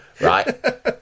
Right